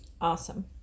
Awesome